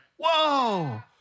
Whoa